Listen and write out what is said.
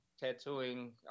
tattooing